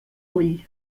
ull